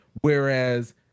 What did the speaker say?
whereas